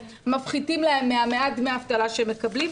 שמפחיתים להם ממעט דמי האבטלה שהם מקבלים.